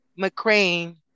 McCrane